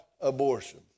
abortion